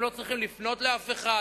הם לא צריכים לפנות לאף אחד,